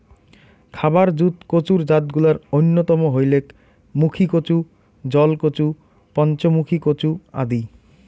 খাবার জুত কচুর জাতগুলার অইন্যতম হইলেক মুখীকচু, জলকচু, পঞ্চমুখী কচু আদি